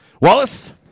Wallace